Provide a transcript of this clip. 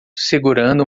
segurando